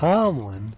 Tomlin